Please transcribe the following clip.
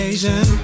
Asian